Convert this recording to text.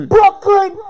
Brooklyn